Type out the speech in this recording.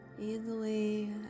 easily